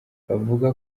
bavuga